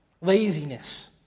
Laziness